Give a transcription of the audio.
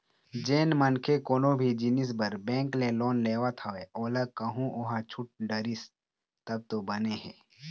जेन मनखे कोनो भी जिनिस बर बेंक ले लोन लेवत हवय ओला कहूँ ओहा छूट डरिस तब तो बने हे